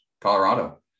Colorado